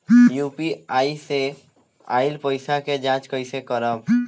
UPI से आइल पईसा के जाँच कइसे करब?